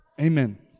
Amen